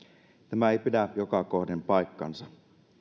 tämä ei pidä joka kohden paikkaansa